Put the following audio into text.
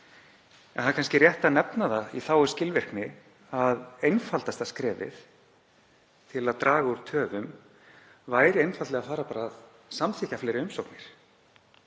Það er kannski rétt að nefna það í þágu skilvirkni að einfaldasta skrefið til að draga úr töfum væri einfaldlega að samþykkja fleiri umsóknir.